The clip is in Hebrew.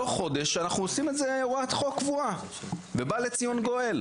תוך חודש אנחנו עושים את זה הוראת חוק קבועה ובא לציון גואל.